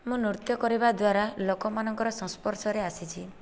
ମୁଁ ନୃତ୍ୟ କରିବା ଦ୍ଵାରା ଲୋକମାନଙ୍କର ସଂସ୍ପର୍ଶରେ ଆସିଛି